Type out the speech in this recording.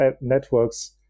Networks